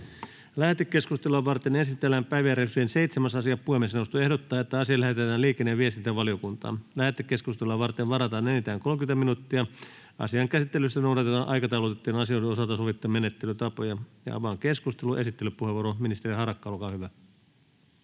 Lähetekeskustelua varten esitellään päiväjärjestyksen 7. asia. Puhemiesneuvosto ehdottaa, että asia lähetetään liikenne- ja viestintävaliokuntaan. Lähetekeskustelua varten varataan enintään 30 minuuttia. Asian käsittelyssä noudatetaan aikataulutettujen asioiden osalta sovittuja menettelytapoja. Avaan keskustelun. — Esittelypuheenvuoro, ministeri Harakka, olkaa hyvä.